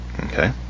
Okay